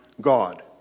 God